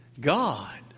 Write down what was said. God